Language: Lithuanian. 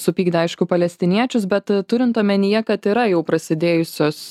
supykdė aišku palestiniečius bet turint omenyje kad yra jau prasidėjusios